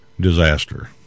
disaster